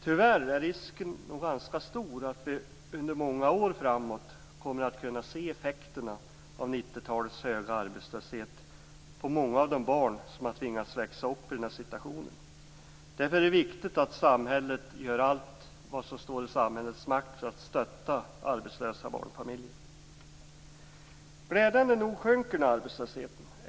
Tyvärr är risken nog ganska stor att vi under många år framåt kommer att kunna se effekterna av 90-talets höga arbetslöshet på många av de barn som har tvingats växa upp i den här situationen. Därför är det viktigt att samhället gör allt vad som står i dess makt för att stötta arbetslösa barnfamiljer. Glädjande nog sjunker nu arbetslösheten.